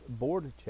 BoardCheck